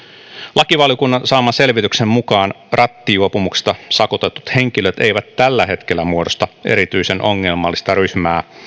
lakivaliokunnan saaman selvityksen mukaan rattijuopumuksesta sakotetut henkilöt eivät tällä hetkellä muodosta erityisen ongelmallista ryhmää